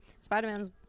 Spider-Man's